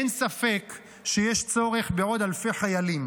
אין ספק שיש צורך בעוד אלפי חיילים,